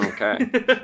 Okay